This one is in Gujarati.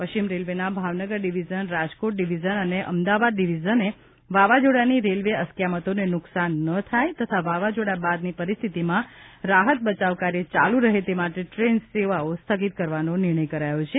પશ્ચિમ રેલવેના ભાવનગર ડીવીઝન રાજકોટ ડિવિઝન અને અમદાવાદ ડિવિઝને વાવાઝોડાની રેલવે અસ્ક્યામતોને નુકશાન ન થાય તથા વાવાઝોડા બાદની પરિસ્થિતિમાં રાહત બચાવ કાર્ય ચાલુ રહે તે માટે ટ્રેન સેવાઓ સ્થગિત કરવાનો નિર્ણય કર્યો છે